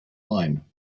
line